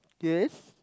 yes